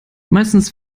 meistens